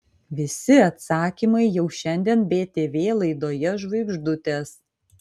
visi atsakymai jau šiandien btv laidoje žvaigždutės